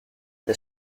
the